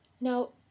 Now